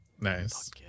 Nice